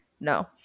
no